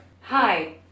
hi